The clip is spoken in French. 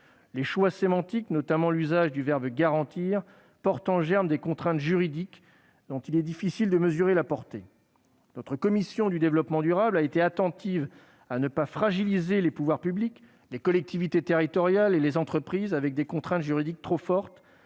Les choix sémantiques, notamment l'usage du verbe « garantir », portent en germe des contraintes juridiques dont il est difficile de mesurer la portée. Notre commission du développement durable a été attentive à ne pas fragiliser les pouvoirs publics, les collectivités territoriales et les entreprises avec des contraintes juridiques trop fortes,